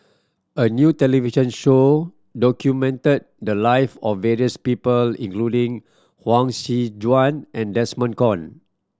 a new television show documented the life of various people including Huang Joan and Desmond Kon